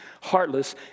Heartless